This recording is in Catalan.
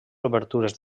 obertures